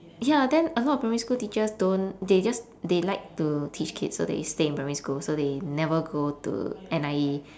ya then a lot of primary school teachers don't they just they like to teach kids so they stay in primary school so they never go to N_I_E